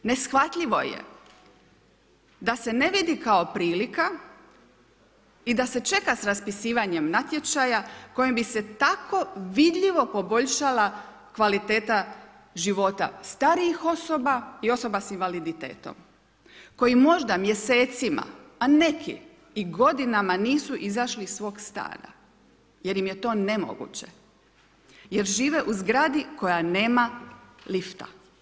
Neshvatljivo je da se ne vidi kao prilika i da se čeka s raspisivanjem natječaja kojim bi se tako vidljivo poboljšala kvaliteta života starijih osoba i osoba sa invaliditetom koji možda mjesecima, a neki i godinama nisu izašli iz svog stana jer im je to nemoguće, jer žive u zgradi koja nema lifta.